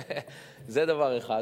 זה דבר אחד.